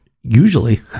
usually